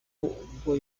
ubwo